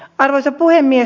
arvoisa puhemies